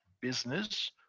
business